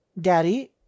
Daddy